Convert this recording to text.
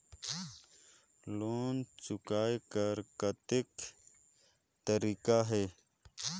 Loan चुकाय कर कतेक तरीका है?